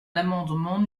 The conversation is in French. l’amendement